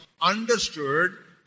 understood